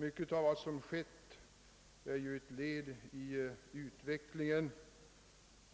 Mycket av vad som skett är ett led i utvecklingen,